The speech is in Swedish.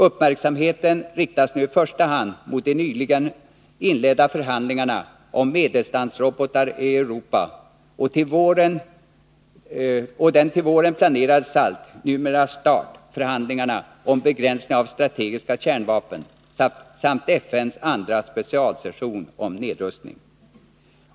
Uppmärksamheten riktas nu i första hand mot de nyligen inledda förhandlingarna om medeldistansrobotar i Europa och de till våren planerade SALT-förhandlingarna — numera START-förhandlingarna — om begränsning av strategiska kärnvapen samt FN:s andra specialsession om nedrustning.